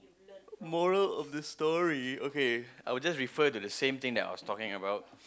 moral of the story okay I will just refer to the same thing that I was talking about